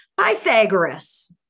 pythagoras